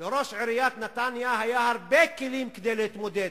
לראש עיריית נתניה היו הרבה כלים כדי להתמודד.